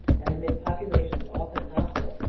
and amidst populations often hostile,